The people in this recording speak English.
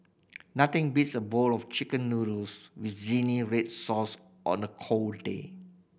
nothing beats a bowl of Chicken Noodles with zingy red sauce on a cold day